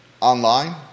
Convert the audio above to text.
online